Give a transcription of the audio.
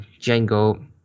Django